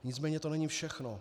Nicméně to není všechno.